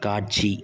காட்சி